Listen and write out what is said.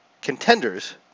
contenders